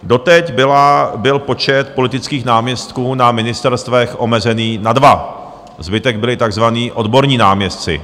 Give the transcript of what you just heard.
Doteď byl počet politických náměstků na ministerstvech omezený na dva, zbytek byli takzvaní odborní náměstci.